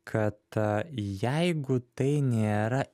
kad jeigu tai nėra